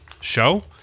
show